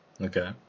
Okay